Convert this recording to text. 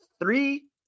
three